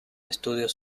estudios